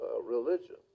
religion